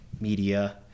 Media